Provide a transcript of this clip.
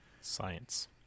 Science